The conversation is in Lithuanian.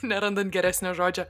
nerandant geresnio žodžio